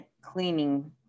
cleaning